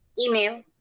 Email